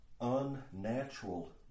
unnatural